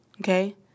okay